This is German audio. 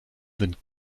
sind